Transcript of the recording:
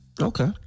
Okay